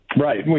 Right